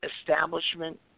establishment